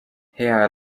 hea